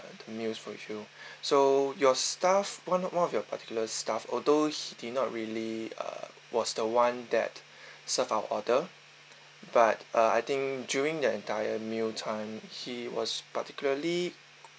the meals for so your staff one one of your particular staff although he did not really uh was the one that serve our order but uh I think during the entire mealtime he was particularly